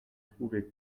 trouver